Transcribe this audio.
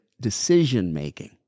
decision-making